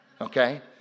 Okay